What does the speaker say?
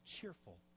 cheerful